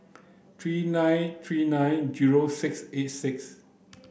three nine three nine zero six eight six